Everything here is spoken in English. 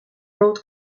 road